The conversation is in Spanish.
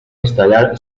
instalar